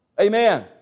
Amen